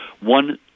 One